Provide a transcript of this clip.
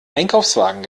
einkaufswagen